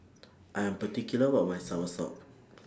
I Am particular about My Soursop